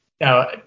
Now